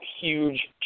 huge